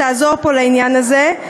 תעזור פה לעניין הזה,